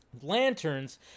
lanterns